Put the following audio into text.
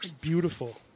Beautiful